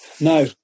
No